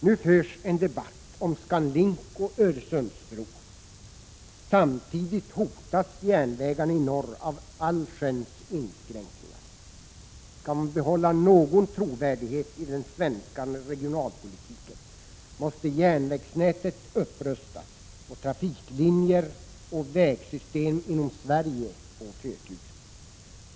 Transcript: Nu förs en debatt om ScanLink och en Öresundsbro. Samtidigt hotas järnvägarna i norr av allsköns inskränkningar. Skall man behålla någon trovärdighet i den svenska regionalpolitiken måste järnvägsnätet upprustas och trafiklinjer och vägsystem inom Sverige få förtur.